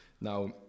now